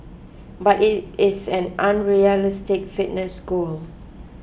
but it is an unrealistic fitness goal